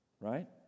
Right